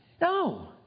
No